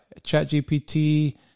ChatGPT